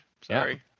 Sorry